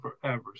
forever